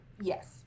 Yes